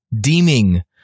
deeming